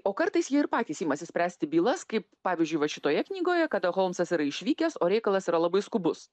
o kartais jie ir patys imasi spręsti bylas kaip pavyzdžiui va šitoje knygoje kada holmsas yra išvykęs o reikalas yra labai skubus